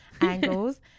angles